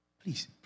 Please